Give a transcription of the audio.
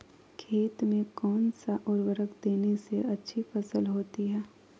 खेत में कौन सा उर्वरक देने से अच्छी फसल होती है?